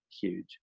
huge